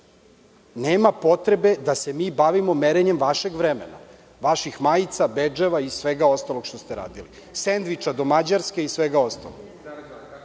Nema potrebe da se mi bavimo merenjem vašeg vremena, vaših majica, bedževa i svega ostalog što ste radili, sendviča do Mađarske i svega ostalog.